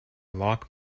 lock